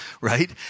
right